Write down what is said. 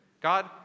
God